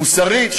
מוסרית,